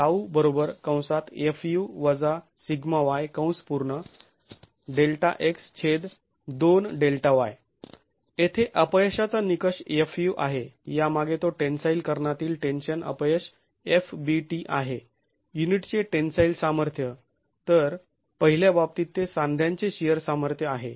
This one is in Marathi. येथे अपयशाचा निकष fu आहे यामागे तो टेन्साईल कर्णातील टेन्शन अपयश fbt आहे युनिटचे टेन्साईल सामर्थ्य तर पहिल्या बाबतीत ते सांध्यांचे शिअर सामर्थ्य आहे